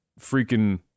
freaking